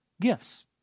gifts